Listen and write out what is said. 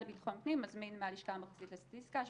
לביטחון פנים מזמין מהלשכה המרכזית לסטטיסטיקה.